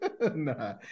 Nah